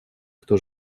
кто